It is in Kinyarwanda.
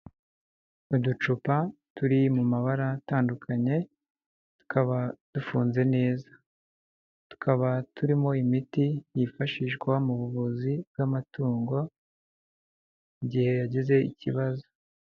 Uducupa turi mu mabara atandukanye tukaba dufunze neza, tukaba turimo imiti yifashishwa mu buvuzi bw'amatungo igihe yagize ikibazo.